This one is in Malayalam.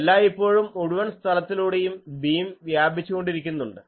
എല്ലായിപ്പോഴും മുഴുവൻ സ്ഥലത്തിലൂടെയും ബീം വ്യാപിച്ചുകൊണ്ടിരിക്കുന്നുണ്ട്